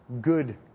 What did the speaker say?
Good